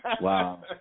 Wow